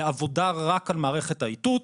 לעבודה רק על מערכת האיתות,